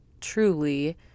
truly